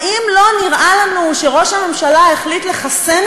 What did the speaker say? האם לא נראה לנו שראש הממשלה החליט לחסן